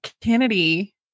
kennedy